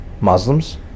Muslims